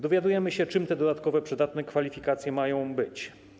Dowiadujemy się, czym te dodatkowe przydatne kwalifikacje mają być.